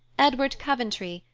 edward coventry,